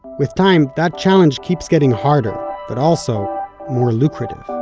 with time, that challenge keeps getting harder but also more lucrative.